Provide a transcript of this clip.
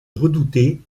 redouté